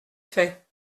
fait